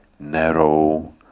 narrow